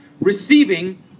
receiving